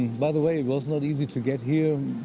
by the way, it was not easy to get here.